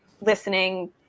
listening